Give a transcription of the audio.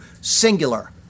singular